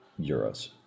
euros